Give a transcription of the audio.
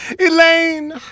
Elaine